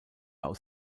aus